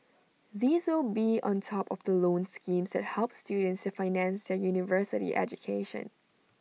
these will be on top of the loan schemes that help students to finance their university education